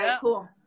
Cool